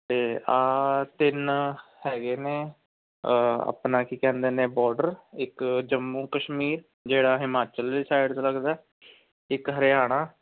ਅਤੇ ਆਹ ਤਿੰਨ ਹੈਗੇ ਨੇ ਆਪਣਾ ਕੀ ਕਹਿੰਦੇ ਨੇ ਬੋਡਰ ਇੱਕ ਜੰਮੂ ਕਸ਼ਮੀਰ ਜਿਹੜਾ ਹਿਮਾਚਲ ਦੀ ਸਾਈਡ 'ਤੇ ਲੱਗਦਾ ਇੱਕ ਹਰਿਆਣਾ